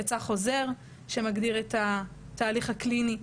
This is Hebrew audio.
יצא חוזר שמגדיר את התהליך הקליני,